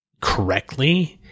correctly